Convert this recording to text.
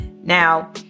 Now